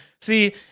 see